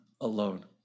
alone